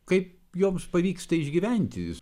kaip joms pavyksta išgyventi